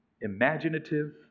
imaginative